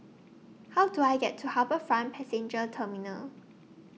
How Do I get to HarbourFront Passenger Terminal